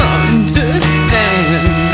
understand